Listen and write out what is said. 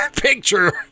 picture